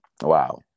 wow